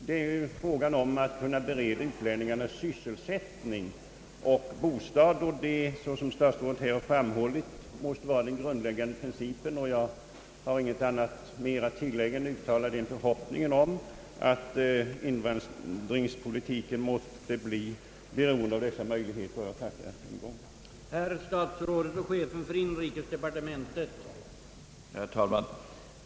Det gäller ju att kunna bereda utlänningarna sysselsättning och bostad. Såsom statsrådet här har framhållit måste detta vara den grundläggande principen. Jag har inget annat att tillägg än att uttala en förhoppning om att invandringspolitiken måtte bli beroende av dessa möjligheter. Jag ber än en gång att få tacka för svaret.